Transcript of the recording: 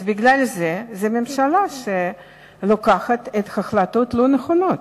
אז בגלל זה, הממשלה היא שמקבלת החלטות לא נכונות.